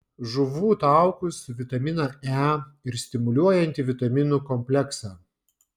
žuvų taukus vitaminą e ir stimuliuojantį vitaminų kompleksą